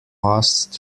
passed